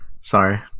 Sorry